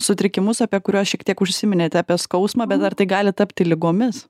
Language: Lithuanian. sutrikimus apie kuriuos šiek tiek užsiminėte apie skausmą bet ar tai gali tapti ligomis